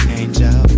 angel